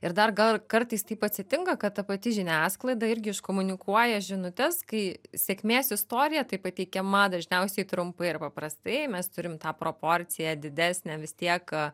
ir dar gal kartais taip atsitinka kad ta pati žiniasklaida irgi iškomunikuoja žinutes kai sėkmės istorija tai pateikiama dažniausiai trumpai ir paprastai mes turim tą proporciją didesnę vis tiek